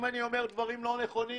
אם אני אומר דברים לא נכונים,